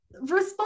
Respond